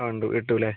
ആ ഉണ്ട് കിട്ടുമല്ലേ